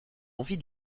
envie